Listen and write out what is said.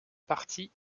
partie